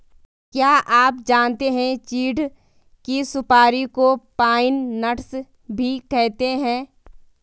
क्या आप जानते है चीढ़ की सुपारी को पाइन नट्स भी कहते है?